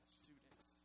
students